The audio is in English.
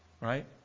right